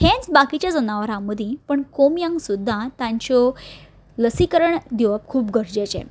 हेंच भाकीच्या जनावरां मदीं पण कोंबयांक सुद्दां तांच्यो लसीकरण घेवप खूब गरजेचें